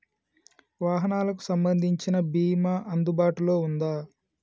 వాహనాలకు సంబంధించిన బీమా అందుబాటులో ఉందా?